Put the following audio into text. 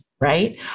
right